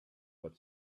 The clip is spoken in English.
but